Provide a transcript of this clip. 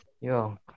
Yo